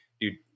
dude